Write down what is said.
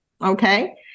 okay